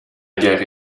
guerre